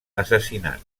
assassinat